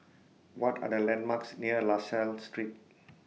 What Are The landmarks near La Salle Street